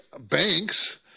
banks